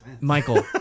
Michael